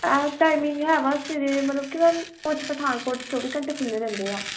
timing ਹੈ ਬਸ ਇਹਦੀ ਮਤਲਬ ਕਿ ਮੈਮ ਕੁਛ ਪਠਾਨਕੋਟ 'ਚ ਚੌਵੀ ਘੰਟੇ ਖੁੱਲ੍ਹੇ ਰਹਿੰਦੇ ਆ